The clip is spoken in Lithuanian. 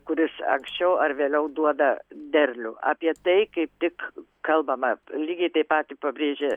kuris anksčiau ar vėliau duoda derlių apie tai kaip tik kalbama lygiai taip pat pabrėžė